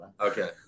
Okay